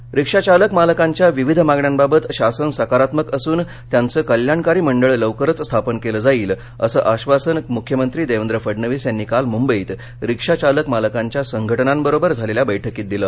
रिक्षा रिक्षा चालक मालकांच्या विविध मागण्यांबाबत शासन सकारात्मक असुन त्यांचं कल्याणकारी मंडळ लवकरच स्थापन केलं जाईल असं आधासन मुख्यमंत्री देवेंद्र फडणवीस यांनी काल मुंबईत रिक्षा चालक मालकांच्या संघटनांबरोबर झालेल्या बैठकीत दिलं